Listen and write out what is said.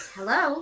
Hello